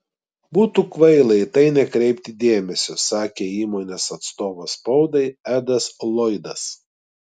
būtų kvaila į tai nekreipti dėmesio sakė įmonės atstovas spaudai edas loydas